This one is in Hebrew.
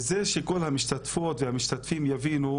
אבל אנחנו מפתחים את השפה, והשפה חייבת להיכנע,